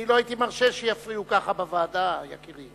אני לא הייתי מרשה שיפריעו כך בוועדה, יקירי.